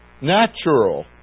natural